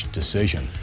decision